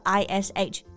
ish